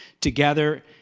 together